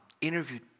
interviewed